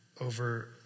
over